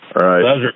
Right